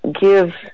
give